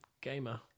Gamer